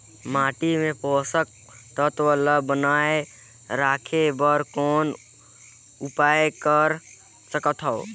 माटी मे पोषक तत्व ल बनाय राखे बर कौन उपाय कर सकथव?